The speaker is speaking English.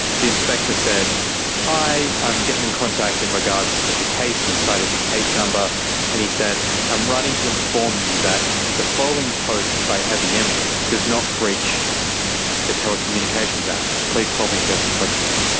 the inspector said hi. i'm getting in contact in regards to the case. he cited the case number and he said i'm writing to inform you that the following post by avi yemeni does not breach the telecommunications act. please call me if you have any questions.